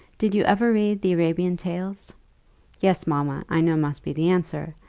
did you ever read the arabian tales yes, mamma i know must be the answer.